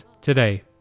today